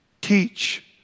teach